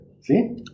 See